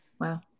Wow